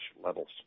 levels